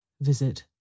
Visit